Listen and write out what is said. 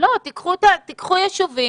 תיקחו יישובים.